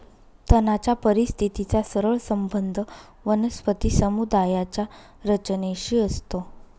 तणाच्या परिस्थितीचा सरळ संबंध वनस्पती समुदायाच्या रचनेशी असतो